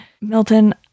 Milton